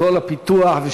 כל הפיתוח,